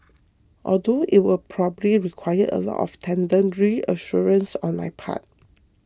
although it will probably require a lot of tender reassurances on my part